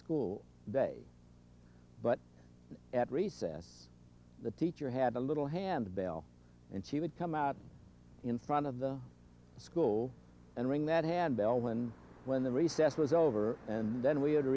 school day but at recess the teacher had a little hand bell and she would come out in front of the school and ring that hand bell when when the recess was over and then we would